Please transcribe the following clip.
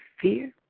fear